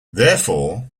therefore